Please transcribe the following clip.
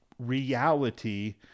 reality